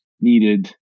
needed